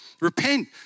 Repent